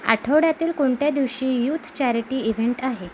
आठवड्यातील कोणत्या दिवशी युथ चॅरेटी इव्हेंट आहे